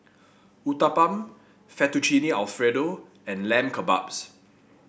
Uthapam Fettuccine Alfredo and Lamb Kebabs